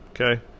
Okay